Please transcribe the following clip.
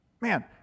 Man